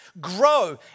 Grow